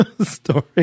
story